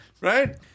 right